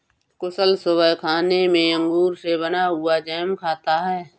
कुशल सुबह खाने में अंगूर से बना हुआ जैम खाता है